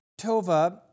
Tova